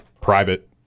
private